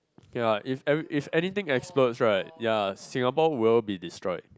ya if every if anything explodes right ya Singapore will be destroyed